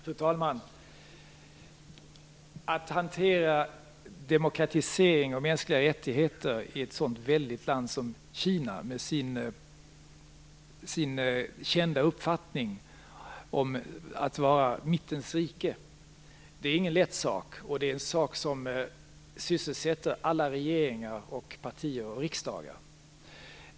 Fru talman! Att hantera demokratisering och mänskliga rättigheter i ett sådant väldigt land som Kina med sin kända uppfattning om att vara Mittens rike är ingen lätt sak. Det är något som sysselsätter alla regeringar, partier och riksdagar.